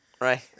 Right